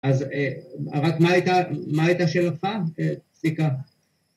‫אז רק מה הייתה שאלתך, צביקה?